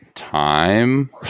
Time